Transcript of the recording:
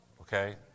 Okay